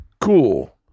cool